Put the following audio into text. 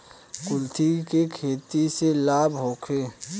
कुलथी के खेती से लाभ होखे?